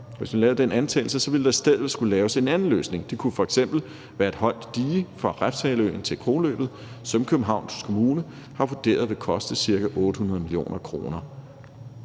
ikke anlagde Lynetteholm, så ville der i stedet skulle laves en anden løsning. Det kunne f.eks. være et højt dige fra Refshaleøen til Kronløbet, som Københavns Kommune har vurderet vil koste ca. 800 mio. kr.,